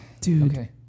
Dude